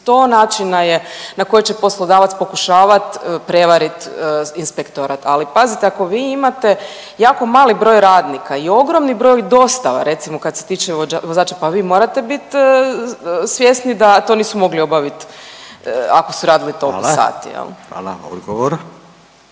sto načina na koji će poslodavac pokušavat prevarit inspektorat. Ali pazite, ako vi imate jako mali broj radnika i ogroman broj dostava recimo kad se tiče vozača, pa vi morate bit svjesni da to nisu mogli obavit ako su radili toliko sati jel.